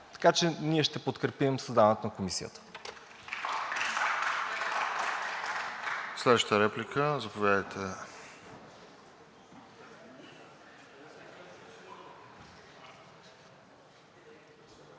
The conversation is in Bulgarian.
Така че ние ще подкрепим създаването на Комисията.